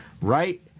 right